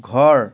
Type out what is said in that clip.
ঘৰ